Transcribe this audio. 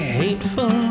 hateful